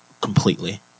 completely